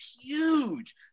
huge